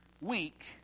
week